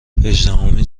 هجدهمین